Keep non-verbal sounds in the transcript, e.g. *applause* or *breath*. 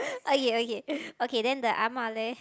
okay okay *breath* okay then the ah ma leh